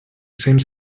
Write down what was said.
seems